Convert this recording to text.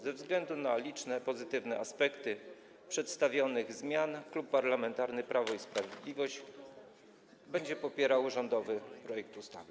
Ze względu na liczne pozytywne aspekty przedstawionych zmian Klub Parlamentarny Prawo i Sprawiedliwość będzie popierał rządowy projekt ustawy.